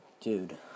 dude